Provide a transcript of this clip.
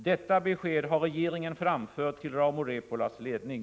Detta besked har regeringen framfört till Rauma Repolas ledning.